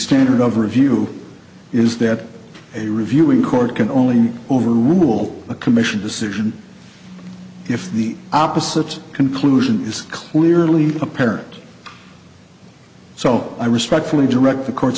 standard of review is that a reviewing court can only overrule a commission decision if the opposite conclusion is clearly apparent so i respectfully direct the court